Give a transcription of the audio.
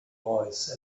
voice